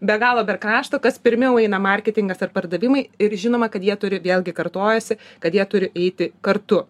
be galo be krašto kas pirmiau eina marketingas ar pardavimai ir žinoma kad jie turi vėlgi kartojasi kad jie turi eiti kartu